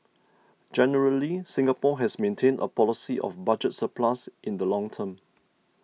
generally Singapore has maintained a policy of budget surplus in the long term